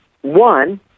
One